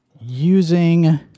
using